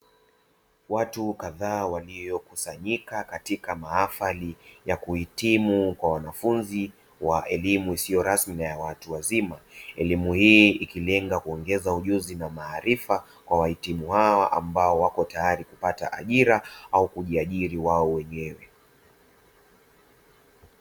Watu kadhaa waliokusanyika katika mahafali ya kuhitimu kwa wanafunzi wa elimu isiyo rasmi ya watu wazima, elimu hii ikilenga kuongeza ujuzi na maarifa kwa wahitimu hawa ambao wako tayari kupata ajira au kujiajiri wao wenyewe.